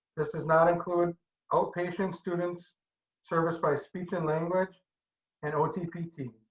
this does not include outpatient students serviced by speech and language and ot pt.